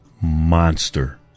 monster